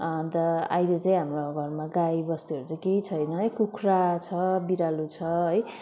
अन्त अहिले चाहिँ हाम्रो घरमा गाई बस्तुहरू चाहिँ केही छैन है कुखुरा छ बिरालो छ है